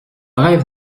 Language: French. rêve